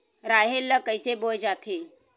राहेर ल कइसे बोय जाथे?